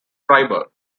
freiburg